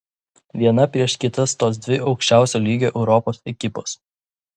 viena prieš kitą stos dvi aukščiausio lygio europos ekipos